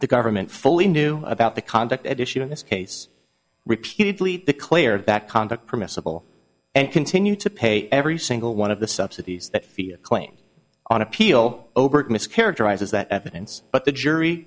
the government fully knew about the conduct at issue in this case repeatedly declared that conduct permissible and continue to pay every single one of the subsidies that fia claims on appeal over mischaracterizes that evidence but the jury